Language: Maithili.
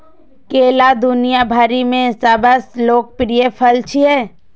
केला दुनिया भरि मे सबसं लोकप्रिय फल छियै